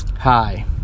hi